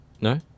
No